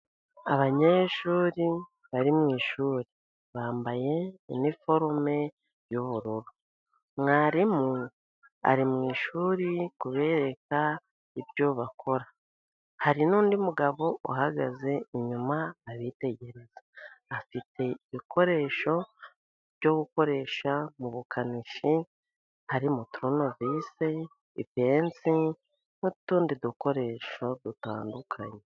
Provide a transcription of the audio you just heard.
Abanyeshuri bari mu ishuri, bambaye iniforume y' ubururu, mwarimu ari mu ishuri, ari kubereka ibyo bakora, hari n' undi mugabo uhagaze inyuma abitegereza, afite ibikoresho byo gukoresha mu bukanishi, harimo turunovise, ipensi n' utundi dukoresho dutandukanye.